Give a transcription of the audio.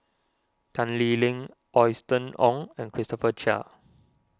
Tan Lee Leng Austen Ong and Christopher Chia